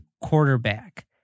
quarterback